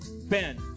Ben